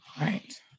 right